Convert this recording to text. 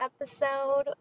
episode